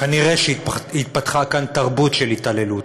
כנראה התפתחה כאן תרבות של התעללות,